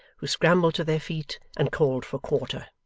who scrambled to their feet and called for quarter.